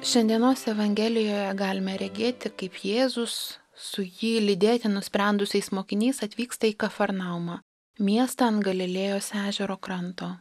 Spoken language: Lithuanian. šiandienos evangelijoje galime regėti kaip jėzus su jį lydėti nusprendusiais mokiniais atvyksta į kafarnaumą miestą ant galilėjos ežero kranto